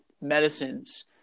medicines